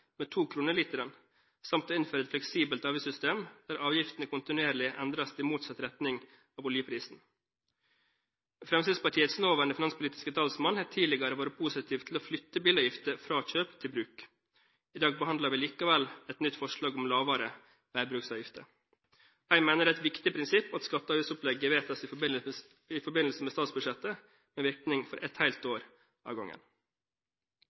med to kroner literen samt å innføre et fleksibelt avgiftssystem der avgiftene kontinuerlig endres i motsatt retning av oljeprisen. Fremskrittspartiets nåværende finanspolitiske talsmann har tidligere vært positiv til å flytte bilavgifter fra kjøp til bruk. I dag behandler vi likevel et nytt forslag om lavere veibruksavgifter. Jeg mener det er et viktig prinsipp at skatte- og avgiftsopplegget vedtas i forbindelse med statsbudsjettet, med virkning for et helt år av gangen.